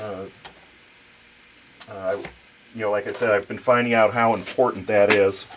degrees you know like i said i've been finding out how important that is